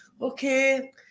Okay